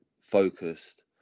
focused